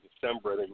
December